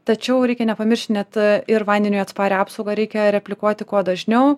tačiau reikia nepamiršti net a ir vandeniui atsparią apsaugą reikia replikuoti kuo dažniau